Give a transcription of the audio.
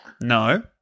No